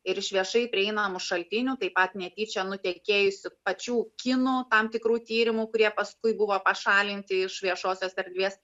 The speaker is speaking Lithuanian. ir iš viešai prieinamų šaltinių taip pat netyčia nutekėjusių pačių kinų tam tikrų tyrimų kurie paskui buvo pašalinti iš viešosios erdvės